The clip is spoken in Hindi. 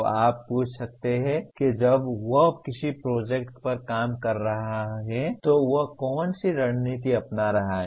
तो आप पूछ सकते हैं कि जब वह किसी प्रोजेक्ट पर काम कर रहा है तो वह कौन सी रणनीति अपना रहा है